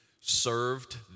served